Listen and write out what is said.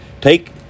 take